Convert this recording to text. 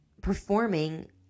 performing